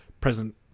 present